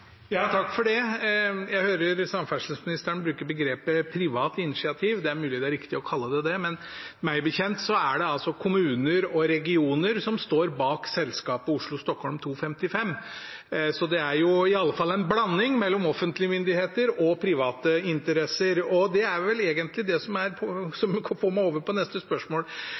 Jeg hører samferdselsministeren bruke begrepet «privat initiativ». Det er mulig det er riktig å kalle det det, men meg bekjent er det altså kommuner og regioner som står bak selskapet Oslo–Stockholm 2.55. Så det er iallfall en blanding mellom offentlige myndigheter og private interesser. Det er vel egentlig det som får meg over på neste spørsmål.